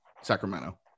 Sacramento